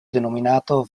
denominato